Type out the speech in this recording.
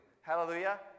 Hallelujah